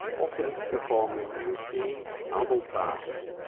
often performing routine, humble tasks.